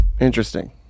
Interesting